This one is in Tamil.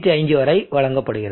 95 வரை வழங்கப்படுகிறது